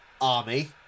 army